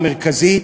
המרכזית,